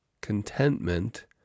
contentment